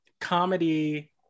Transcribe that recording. comedy